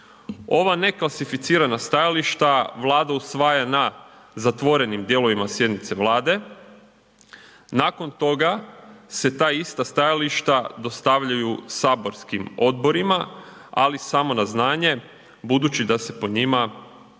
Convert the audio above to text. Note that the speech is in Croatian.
Ova neklasificirana stajališta Vlada usvaja na zatvorenim dijelovima sjednice Vlade, nakon toga se ta ista stajališta dostavljaju saborskim odborima, ali samo na znanje budući da se po njima ne